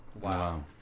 Wow